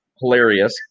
Hilarious